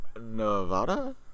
Nevada